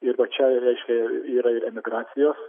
ir va čia reiškia yra ir emigracijos